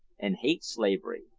and hate slavery.